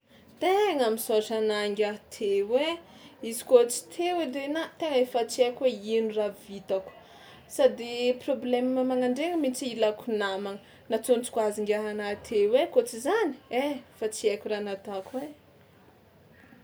Tegna misaotra anà ngiahy teo ai, izy koa tsy teo edy anà tena efa tsy haiko hoe ino raha vitako, sady problème mana an-dregny mihitsy ilako namagna, natsôntsoko azy ngiahy anà teo kôa tsy zany, ehe, fa tsy haiko raha nataoko ai.